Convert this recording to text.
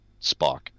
spock